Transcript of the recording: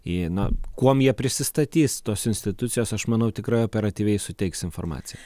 į na kuom jie prisistatys tos institucijos aš manau tikrai operatyviai suteiks informaciją